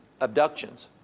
abductions